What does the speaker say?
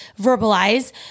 verbalize